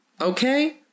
Okay